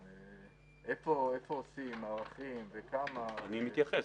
איפה עושים, מערכים, כמה --- אני אתייחס.